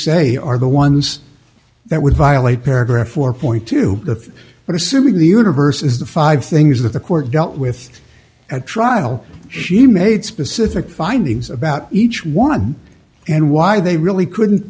say are the ones that would violate paragraph or point to the but assuming the universe is the five things that the court dealt with at trial she made specific findings about each one and why they really couldn't